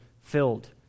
filled